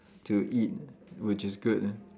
to eat which is good ah